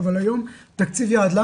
אבל היום התקציב ירד,